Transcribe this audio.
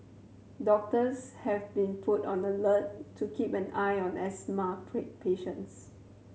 doctors have been put on alert to keep an eye on asthma patients